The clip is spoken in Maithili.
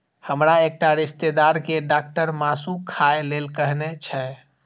हमर एकटा रिश्तेदार कें डॉक्टर मासु खाय लेल कहने छै